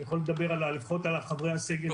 אני יכול לדבר לפחות על חברי הסגל אצלי במכללה.